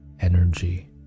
energy